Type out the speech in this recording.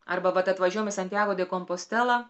arba vat atvažiuojam į santjago de kompostelą